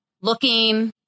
looking